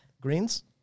Greens